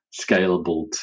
scalable